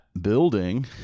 building